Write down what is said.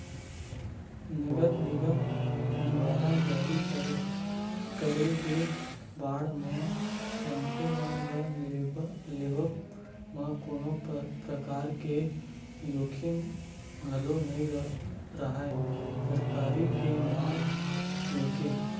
नगर निगम दुवारा जारी करे गे बांड म मनखे मन ल लेवब म कोनो परकार के जोखिम घलो नइ राहय सरकारी के नांव लेके